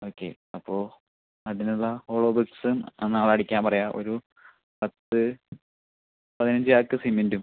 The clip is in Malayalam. ഓക്കെ അപ്പോൾ അതിന് ഉള്ള ഹോളോ ബ്രിക്സും നാളെ അടിക്കാൻ പറയുക ഒരു പത്ത് പതിനഞ്ച് ചാക്ക് സിമൻറ്റും